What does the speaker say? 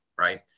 right